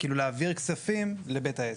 להעביר כספים לבית העסק.